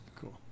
Cool